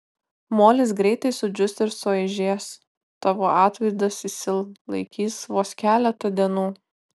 molis greitai sudžius ir suaižęs tavo atvaizdas išsilaikys vos keletą dienų